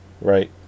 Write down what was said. Right